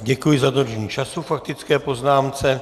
Děkuji za dodržení času k faktické poznámce.